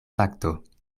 fakto